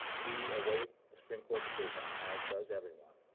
we await the supreme court decision, as does everyone,